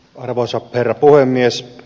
arvoisa herra puhemies